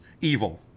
evil